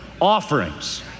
Offerings